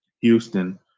Houston